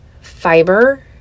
Fiber